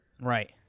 Right